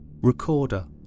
recorder